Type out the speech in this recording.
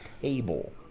table